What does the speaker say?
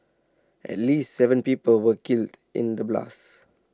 at least Seven people were killed in the blasts